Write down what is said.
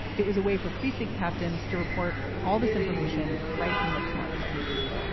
it was a way for precinct captains to report all this information right from their smartphones.